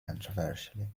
controversially